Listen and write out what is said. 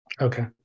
Okay